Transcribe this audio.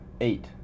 Eight